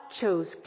chose